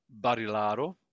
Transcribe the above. Barilaro